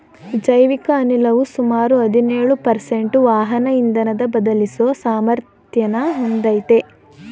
ಜೈವಿಕ ಅನಿಲವು ಸುಮಾರು ಹದಿನೇಳು ಪರ್ಸೆಂಟು ವಾಹನ ಇಂಧನನ ಬದಲಿಸೋ ಸಾಮರ್ಥ್ಯನ ಹೊಂದಯ್ತೆ